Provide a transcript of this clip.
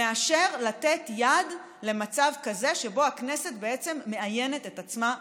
מאשר לתת יד למצב כזה שבו הכנסת בעצם מאיינת את עצמה מתוכן.